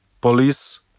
police